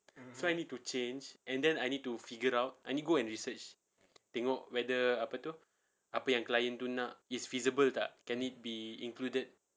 so I need to change and then I need to figure out I need go and research tengok whether apa tu apa yang client tu nak is feasible tak can it be included